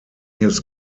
his